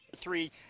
Three